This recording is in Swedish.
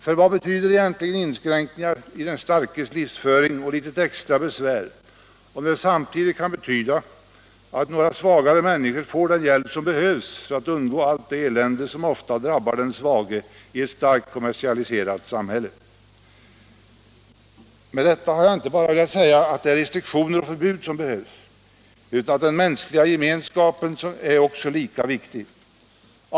För vad betyder egentligen inskränkningar i den starkes livsföring och litet extra besvär om de samtidigt kan betyda att några svagare människor får den hjälp som behövs för att undgå allt det elände som ofta drabbar den svage i ett starkt kommersialiserat samhälle. Med detta har jag inte bara velat säga att det är restriktioner och förbud som behövs, utan att den mänskliga gemenskapen är lika viktig.